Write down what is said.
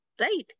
Right